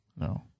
no